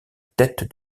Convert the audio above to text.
tête